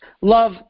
love